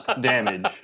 damage